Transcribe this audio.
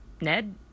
Ned